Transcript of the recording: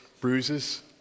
bruises